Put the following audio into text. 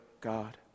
God